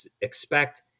expect